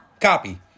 copy